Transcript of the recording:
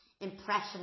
impression